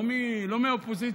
לא מהאופוזיציה,